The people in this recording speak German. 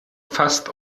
fasst